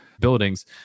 buildings